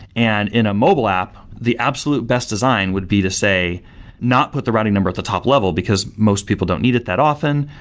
and in a mobile app, the absolute best design would be to say not put the routing number at the top level, because most people don't need it that often,